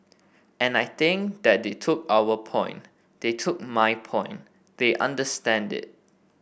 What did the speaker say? and I think that they took our point they took my point they understand it